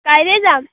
কাইলৈই যাম